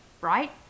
right